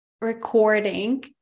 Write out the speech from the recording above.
recording